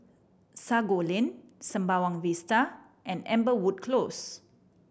Sago Lane Sembawang Vista and Amberwood Close